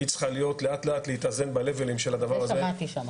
היא צריכה לאט לאט להתאזן ברמה של הדבר הזה.